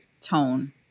tone